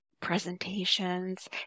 presentations